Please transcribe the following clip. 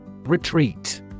Retreat